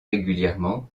régulièrement